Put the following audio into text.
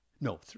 no